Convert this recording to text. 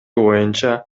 боюнча